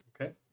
Okay